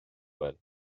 bhfuil